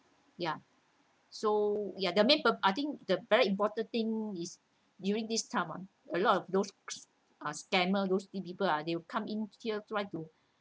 ya so ya the main pur~ I think the very important thing is during this time ah a lot of those uh scammer those pe~ people ah they will come in here try to